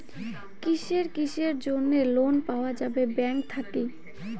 কিসের কিসের জন্যে লোন পাওয়া যাবে ব্যাংক থাকি?